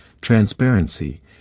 transparency